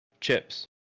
chips